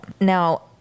now